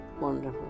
wonderful